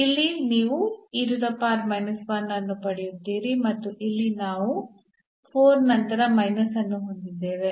ಇಲ್ಲಿ ನೀವು ಅನ್ನು ಪಡೆಯುತ್ತೀರಿ ಮತ್ತು ಇಲ್ಲಿ ನಾವು 4 ನಂತರ ಮೈನಸ್ ಅನ್ನು ಹೊಂದಿದ್ದೇವೆ